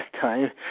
time